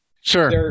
Sure